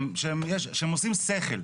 שהם עושים שכל.